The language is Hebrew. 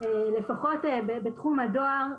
לפחות בתחום הדואר,